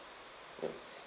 ya